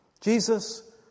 Jesus